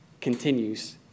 continues